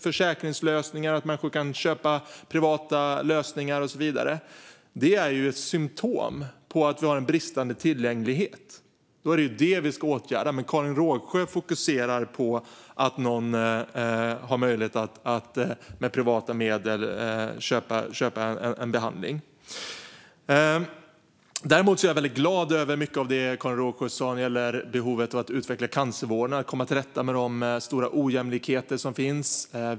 Försäkringslösningar, att människor kan köpa privata lösningar och så vidare, nämndes. De är ju symtom på bristande tillgänglighet. Då är det det som vi ska åtgärda. Men Karin Rågsjö fokuserar på att någon har möjlighet att med privata medel köpa en behandling. Jag blev däremot glad över mycket av det Karin Rågsjö sa vad gäller behovet av att utveckla cancervården och att komma till rätta med de stora ojämlikheter som finns.